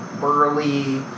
burly